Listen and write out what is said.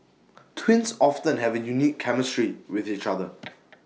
twins often have A unique chemistry with each other